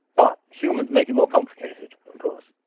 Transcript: but humans make it more complicated of course.